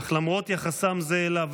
אך למרות יחסם זה אליו,